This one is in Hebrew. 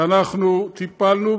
ואנחנו טיפלנו,